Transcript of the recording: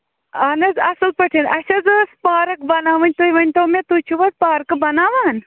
اَہَن حظ اَصٕل پٲٹھۍ اَسہِ حظ ٲسۍ پارَک بَناوٕنۍ تُہۍ ؤنۍ تو مےٚ تُہۍ چھِو حظ پارکہٕ بَناوان